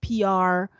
PR